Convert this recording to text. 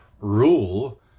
rule